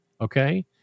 Okay